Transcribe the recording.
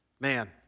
Man